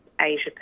Asia